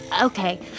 Okay